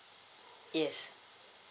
yes